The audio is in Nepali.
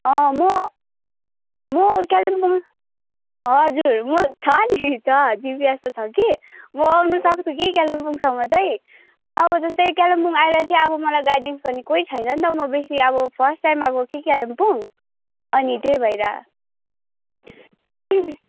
अँ म म कालिम्पोङ हजुर म छ नि छ दिव्यासु छ कि म आउनसक्छु कि कालिम्पोङसम्म चाहिँ अब जस्तै कालिम्पोङ आएर चाहिँ अब मलाई गाइडेन्स गर्ने कोही छैन नि त म बेसी अब फर्स्ट टाइम अब आएको कि कालिम्पोङ अनि त्यही भएर